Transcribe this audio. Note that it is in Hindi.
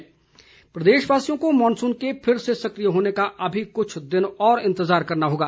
मौसम प्रदेशवासियों को मॉनसून के फिर से सक्रिय होने का अभी कुछ दिन और इंतजार करना होगा